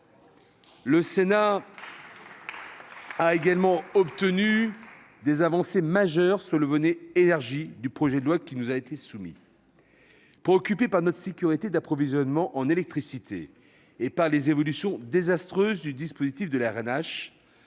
Le Sénat a également obtenu des avancées majeures sur le volet énergie du projet de loi qui nous était soumis. Préoccupés par notre sécurité d'approvisionnement en électricité et par les évolutions désastreuses du dispositif de l'Arenh,